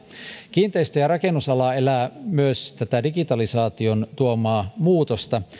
kiinteistö ja rakennusala elää myös digitalisaation tuomaa muutosta